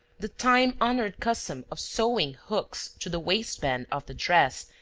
the time-honored custom of sewing hooks to the waist-band of the dress,